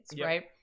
right